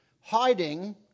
hiding